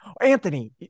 Anthony